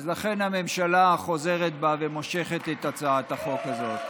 לכן הממשלה חוזרת בה ומושכת את הצעת החוק הזאת.